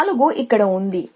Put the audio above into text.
4 ఇక్కడ ఉంది